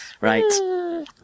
right